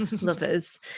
lovers